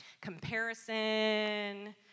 Comparison